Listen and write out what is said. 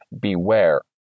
Beware